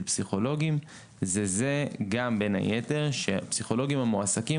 פסיכולוגים זה גם בין היתר שהפסיכולוגים המועסקים,